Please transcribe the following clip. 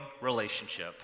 relationship